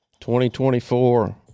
2024